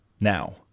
now